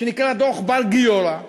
דוח בר-גיורא,